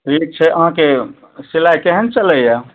ठीक छै अहाँके सिलाइ केहन चलैए